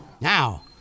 now